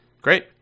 Great